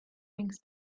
things